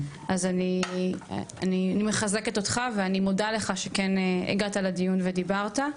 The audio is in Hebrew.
אז אני מחזקת אותך ואני מודה לך שכן הגעת לדיון ודיברת.